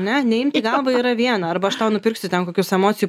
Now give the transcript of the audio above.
ane neimk į galvą yra viena arba aš tau nupirksiu ten kokius emocijų paleidimo kursus